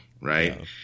right